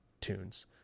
tunes